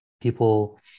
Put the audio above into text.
people